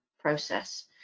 process